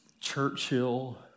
Churchill